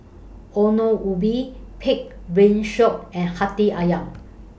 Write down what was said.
Ongol Ubi Pig'S Brain Shop and Hati Ayam